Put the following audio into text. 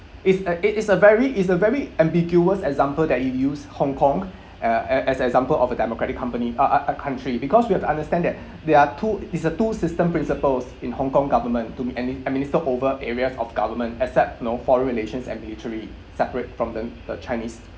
it's a it is a very it's a very ambiguous example that he used hong kong uh as as a example of a democratic company uh uh a country because we have to understand that there are two it's a two system principles in hong kong government to be admin~ administered over areas of government except you know foreign relations and military separate from them the chinese